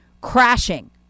crashing